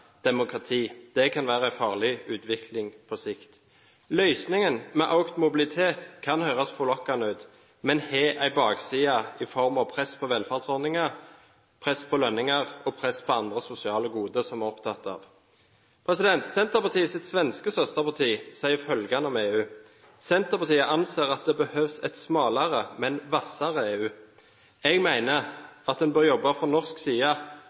demokrati. Det kan være en farlig utvikling på sikt. Løsningen med økt mobilitet kan høres forlokkende ut, men har en bakside i form av press på velferdsordninger, press på lønninger og press på andre sosiale goder som vi er opptatt av. Senterpartiets svenske søsterparti sier følgende om EU: «Centerpartiet anser att det behövs ett smalare men vassare EU.» Jeg mener at en fra norsk side bør jobbe